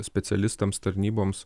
specialistams tarnyboms